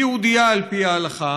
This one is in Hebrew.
היא יהודייה על פי ההלכה.